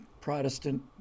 Protestant